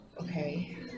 Okay